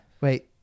Wait